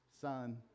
son